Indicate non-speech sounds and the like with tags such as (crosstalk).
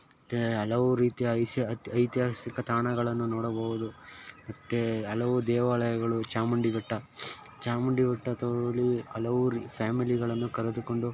ಮತ್ತು ಹಲವು ರೀತಿಯ ಐಸಿ ಅತ್ ಐತಿಹಾಸಿಕ ತಾಣಗಳನ್ನು ನೋಡಬೌದು ಮತ್ತೆ ಹಲವು ದೇವಾಲಯಗಳು ಚಾಮುಂಡಿ ಬೆಟ್ಟ ಚಾಮುಂಡಿ ಬೆಟ್ಟ (unintelligible) ಹಲವು ರಿ ಫ್ಯಾಮಿಲಿಗಳನ್ನು ಕರೆದುಕೊಂಡು